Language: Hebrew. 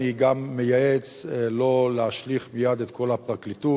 אני מייעץ לא להשליך מייד את כל הפרקליטות.